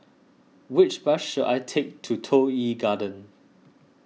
which bus should I take to Toh Yi Garden